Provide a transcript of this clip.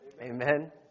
Amen